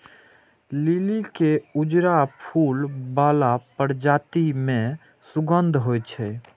लिली के उजरा फूल बला प्रजाति मे सुगंध होइ छै